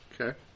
Okay